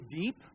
deep